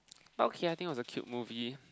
but okay I think it was a cute movie